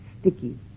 sticky